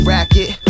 Racket